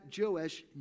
Joash